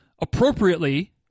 appropriately